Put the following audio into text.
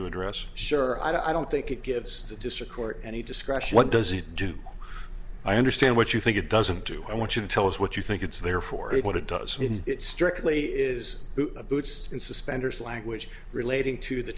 to address sure i don't think it gives the district court any discretion what does it do i understand what you think it doesn't do i want you to tell us what you think its there for what it does is it strictly is a boots and suspenders language relating to the